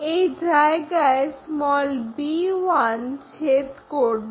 এই জায়গায় b1 ছেদ করবে